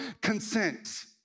consent